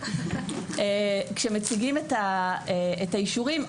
כשמציגים את האישורים,